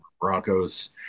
Broncos